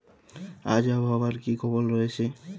আজ আবহাওয়ার কি খবর রয়েছে?